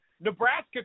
Nebraska